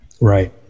Right